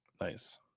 nice